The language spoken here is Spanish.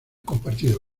compartido